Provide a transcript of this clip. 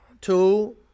Two